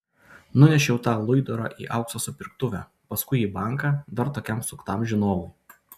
nunešiau tą luidorą į aukso supirktuvę paskui į banką dar tokiam suktam žinovui